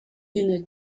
une